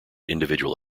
individual